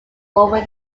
over